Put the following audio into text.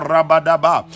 Rabadaba